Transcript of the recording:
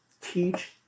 Teach